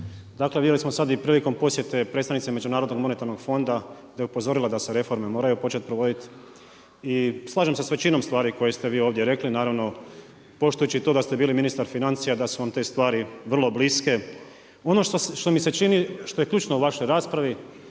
Dakle, vidjeli smo sad i prilikom posjete predstavnici Međunarodnog monetarnog fonda da je upozorila da se reforme moraju početi provoditi. I slažem se sa većinom stvari koje ste vi ovdje rekli. Naravno poštujući to da ste bili ministar financija, da su vam te stvari vrlo bliske. Ono što mi se čini, što je ključno u vašoj raspravi,